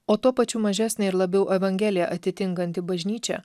o tuo pačiu mažesnė ir labiau evangeliją atitinkanti bažnyčia